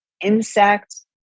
Insects